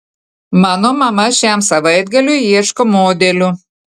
mano mama šiam savaitgaliui ieško modelių